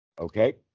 Okay